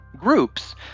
groups